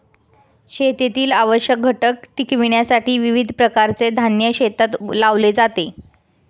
शेतीतील आवश्यक घटक टिकविण्यासाठी विविध प्रकारचे धान्य शेतात लावले जाते